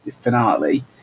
finale